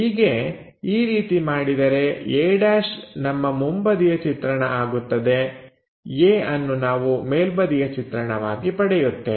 ಹೀಗೆ ಈ ರೀತಿ ಮಾಡಿದರೆ a' ನಮ್ಮ ಮುಂಬದಿಯ ಚಿತ್ರಣ ಆಗುತ್ತದೆ a ಅನ್ನು ನಾವು ಮೇಲ್ಬದಿಯ ಚಿತ್ರಣವಾಗಿ ಪಡೆಯುತ್ತೇವೆ